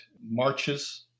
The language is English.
marches